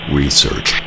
research